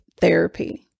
therapy